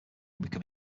became